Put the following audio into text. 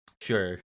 Sure